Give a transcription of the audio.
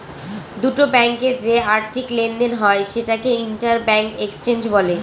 দুটো ব্যাঙ্কে যে আর্থিক লেনদেন হয় সেটাকে ইন্টার ব্যাঙ্ক এক্সচেঞ্জ বলে